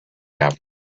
after